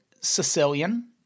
Sicilian